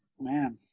Man